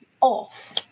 off